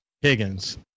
Higgins